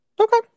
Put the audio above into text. Okay